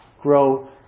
grow